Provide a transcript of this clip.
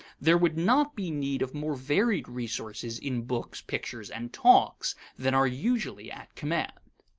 there would not be need of more varied resources in books, pictures, and talks than are usually at command.